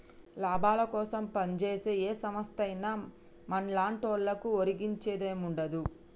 లాభాలకోసం పంజేసే ఏ సంస్థైనా మన్లాంటోళ్లకు ఒరిగించేదేముండదు